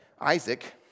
Isaac